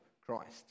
Christ